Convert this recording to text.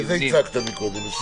את זה הצגת קודם.